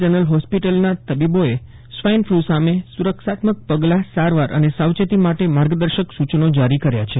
general હોસ્પિટલમાં તબીબોએ swine flu સામે સુર ક્ષાત્મક પગલા સારવાર અને સાવચેતી માટે માર્ગદર્શક સૂચનો જારી કર્યા છે